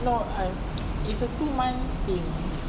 no err it's a two month thing